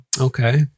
Okay